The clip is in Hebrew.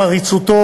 על חריצותו